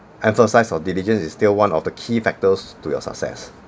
emphasize on diligence is still one of the key factors to your success